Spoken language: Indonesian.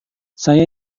saya